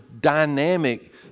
dynamic